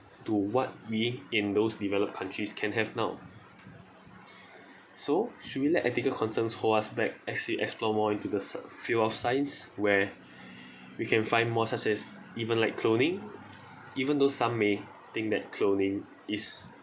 to what we in those developed countries can have now so should we let ethical concerns hold us back as we explore more into the field of science where we can find more such as even like cloning even though some may think that cloning is